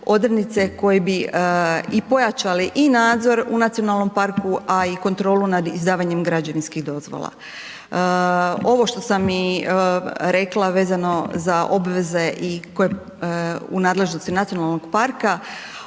koje bi i pojačale i nadzor u nacionalnom parku, a i kontrolu nad izdavanjem građevinskih dozvola. Ovo što sam i rekla vezano za obveze i koje u nadležnosti nacionalnog parka,